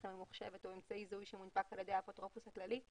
הממוחשבת או אמצעי זיהוי שמונפק על ידי האפוטרופוס הכללי,